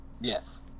Yes